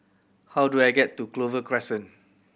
how do I get to Clover Crescent